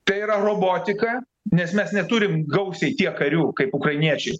tai yra robotika nes mes neturim gausiai tiek karių kaip ukrainiečiai